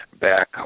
back